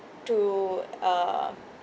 to uh